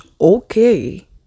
okay